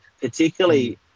particularly